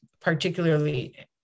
particularly